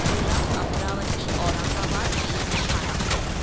Cola Amravati Aurangabad बी ठाणे